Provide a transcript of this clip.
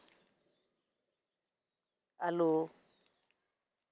ᱟᱹᱞᱩ